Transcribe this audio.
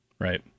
Right